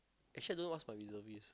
actually I don't know what's my reservist